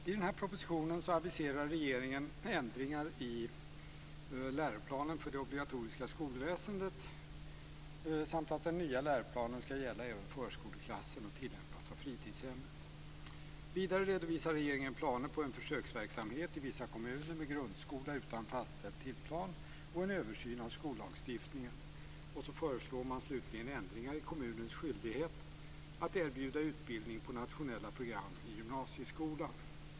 Fru talman! I propositionen aviserar regeringen ändringar i läroplanen för det obligatoriska skolväsendet samt att den nya läroplanen skall gälla även förskoleklassen och tillämpas för fritidshemmet. Vidare redovisar regeringen planer på en försöksverksamhet i vissa kommuner med grundskola utan fastställd timplan och en översyn av skollagstiftningen. Slutligen föreslår man ändringar i kommunens skyldighet att erbjuda utbildning på nationella program i gymnasieskolan.